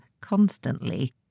constantly